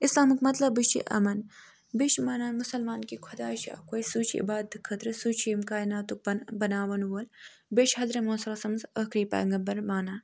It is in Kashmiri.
اِسلامُک مطلبٕے چھِ اَمَن بیٚیہِ چھِ مانان مُسَلمان کہِ خۄداے چھِ اَکوے سُے چھِ عبادتہِ خٲطرٕ سُے چھِ ییٚمہِ کایناتُک بناوَن وول بیٚیہِ چھِ حضرت محمد صلی اللہ علیہ وسلَمَس ٲخری پیغمبر مانان